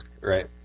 Right